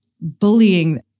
bullying